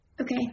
Okay